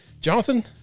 Jonathan